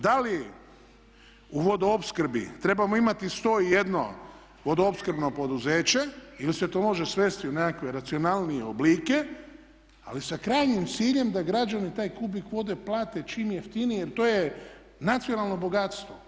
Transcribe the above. Da li u vodoopskrbi trebamo imati 101 vodoopskrbno poduzeće ili se to može svesti u nekakve racionalnije oblike, ali sa krajnjim ciljem da građani taj kubik vode plate čim jeftinije jer to je nacionalno bogatstvo.